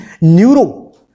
neuro